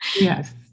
Yes